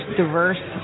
diverse